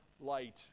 light